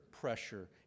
pressure